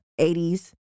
80s